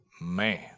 Man